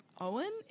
Owen